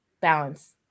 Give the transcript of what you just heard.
balance